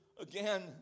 again